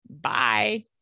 bye